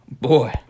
boy